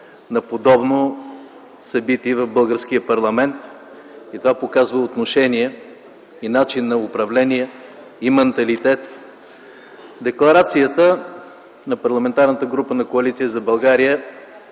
на подобно събитие в българския парламент и това показва отношение и начин на управление и манталитет. Декларацията на Парламентарната група на Коалиция за България